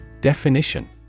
Definition